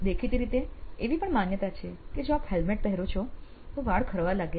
દેખીતી રીતે એવી પણ માન્યતા છે કે જો આપ હેલ્મેટ પહેરો છો તો વાળ ખરવા લાગે છે